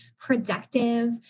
productive